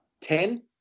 Ten